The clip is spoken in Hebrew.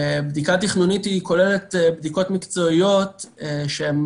ובדיקה תכנונית כוללת בדיקות מקצועיות שהן